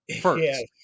First